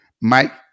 Mike